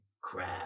crab